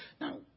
Now